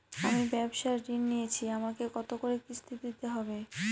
আমি ব্যবসার ঋণ নিয়েছি আমাকে কত করে কিস্তি দিতে হবে?